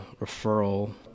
referral